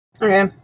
okay